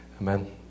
amen